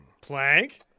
Plank